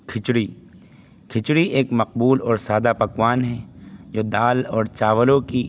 کھچڑی کھچڑی ایک مقبول اور سادہ پکوان ہیں جو دال اور چاولوں کی